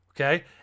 okay